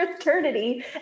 eternity